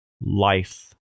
life